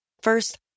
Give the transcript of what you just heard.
First